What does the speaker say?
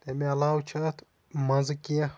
تمہِ علاو چھِ اَتھ مَنٛزٕ کینٛہہ